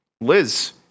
Liz